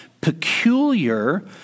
peculiar